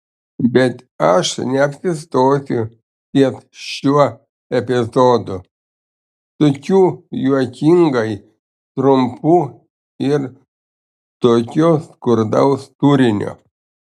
bet aš neapsistosiu ties šiuo epizodu tokiu juokingai trumpu ir tokio skurdaus turinio